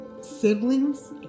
siblings